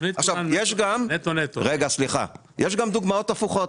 יש גם דוגמאות הפוכות: